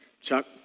Chuck